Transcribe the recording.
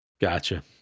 Gotcha